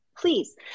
please